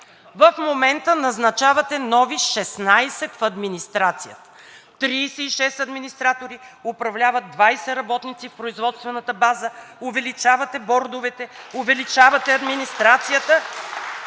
В момента назначавате нови 16 в администрацията. Тридесет и пет администратори управляват 20 работници в производствената база. Увеличавате бордовете, увеличавате администрацията